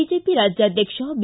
BJP ರಾಜ್ಯಾಧ್ಯಕ್ಷ B